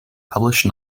published